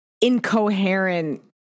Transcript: incoherent